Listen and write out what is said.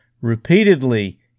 Repeatedly